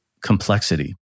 complexity